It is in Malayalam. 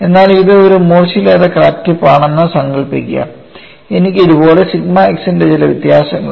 എന്നാൽ ഇത് ഒരു മൂർച്ചയില്ലാത്ത ക്രാക്ക് ടിപ്പ് ആണെന്ന് സങ്കൽപ്പിക്കുക എനിക്ക് ഇതുപോലെ സിഗ്മ x ന്റെ ചില വ്യത്യാസങ്ങളുണ്ട്